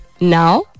now